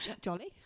jolly